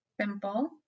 simple